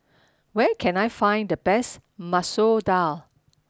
where can I find the best Masoor Dal